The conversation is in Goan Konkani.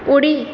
उडी